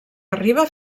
arriba